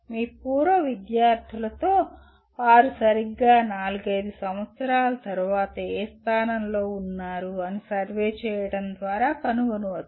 మీ పూర్వ విద్యార్థులతో వారు సరిగ్గా నాలుగైదు సంవత్సరాల తరువాత ఏ స్థానం లో ఉన్నారు అని సర్వే చేయడం ద్వారా కనుగొనవచ్చు